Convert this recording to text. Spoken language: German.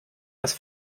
das